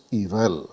evil